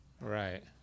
Right